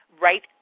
right